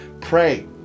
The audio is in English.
Pray